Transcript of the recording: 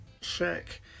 check